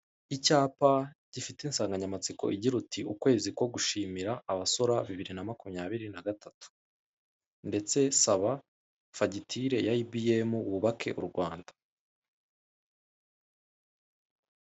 Icyapa gifite insanganyamatsiko ugira uti" ukwezi ko gushimira abasora bibiri na makumyabiri na gatatu, ndetse saba fagitire ya EBM wubake urwanda.